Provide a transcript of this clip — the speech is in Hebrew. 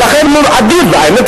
האמת,